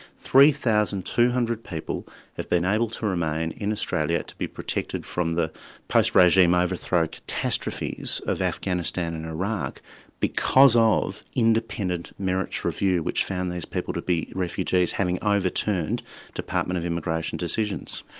three thousand two hundred people have been able to remain in australia to be protected from the post-regime overthrow catastrophes of afghanistan and iraq because ah of independent merits review, which found these people to be refugees, having overturned department of immigration decisions.